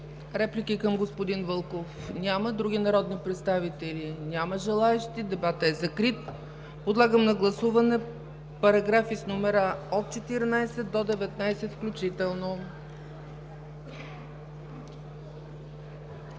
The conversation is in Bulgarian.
Реплика към господин Вълков? Няма. Други народни представители? Няма желаещи. Дебатът е закрит. Подлагам на гласуване параграфи с номера от 14 до 19 включително.